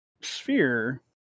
sphere